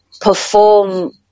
perform